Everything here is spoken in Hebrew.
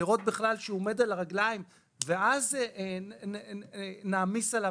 לראות שהוא עומד על הרגליים ואז נעמיס עליו